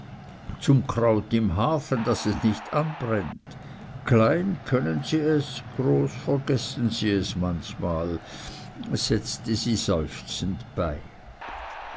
zum kraut im hafen daß es nicht anbrennt klein können sie es groß vergessen sie es manchmal setzte sie seufzend bei